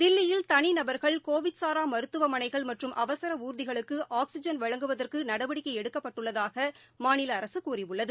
தில்லியில் தனிநபர்கள் கோவிட் சாராமருத்துவமனைகள் மற்றும் அவசரஊர்திகளுக்கு ஆக்ஸிஜன் வழங்குவதற்குநடவடிக்கைஎடுக்கப்பட்டுள்ளதாகமாநிலஅரசுகூறியுள்ளது